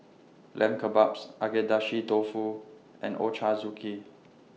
Lamb Kebabs Agedashi Dofu and Ochazuke